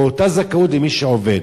או אותה זכאות למי שעובד.